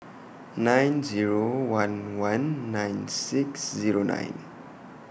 nine Zero one one nine six Zero nine